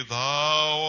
thou